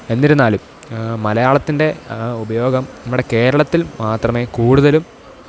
എന്നിരുന്നാലും മലയാളത്തിൻ്റെ ഉപയോഗം നമ്മുടെ കേരളത്തിൽ മാത്രമേ കൂടുതലും